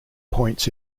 points